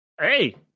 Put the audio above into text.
hey